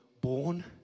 born